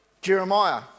Jeremiah